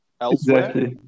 elsewhere